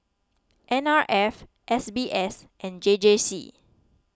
N R F S B S and J J C